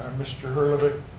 mr. hallervich.